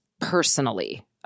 personally